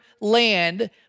land